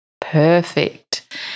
Perfect